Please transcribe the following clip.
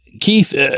Keith